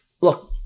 Look